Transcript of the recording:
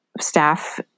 staff